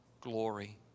glory